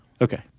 Okay